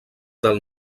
del